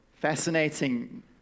Fascinating